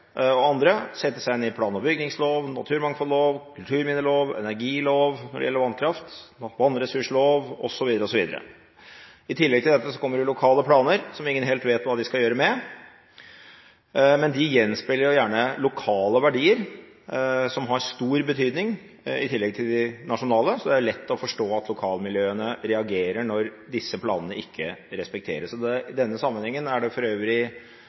og andre sette seg inn i plan- og bygningsloven, naturmangfoldloven, kulturminneloven, energiloven, når det gjelder vannkraft – vannressursloven, osv. I tillegg til dette kommer det lokale planer, som ingen helt vet hva de skal gjøre med. Men de gjenspeiler gjerne lokale verdier, som har stor betydning, i tillegg til de nasjonale, så det er lett å forstå at lokalmiljøene reagerer når disse planene ikke respekteres. I denne sammenhengen er det for øvrig